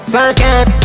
Circuit